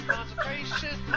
Concentration